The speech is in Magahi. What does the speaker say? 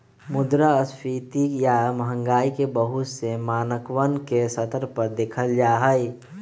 मुद्रास्फीती या महंगाई के बहुत से मानकवन के स्तर पर देखल जाहई